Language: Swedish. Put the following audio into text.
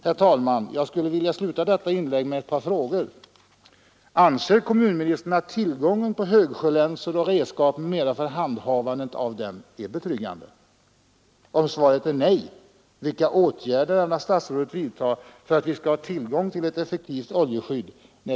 Herr talman! Jag skulle vilja sluta detta inlägg med ett par frågor: